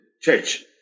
church